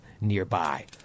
nearby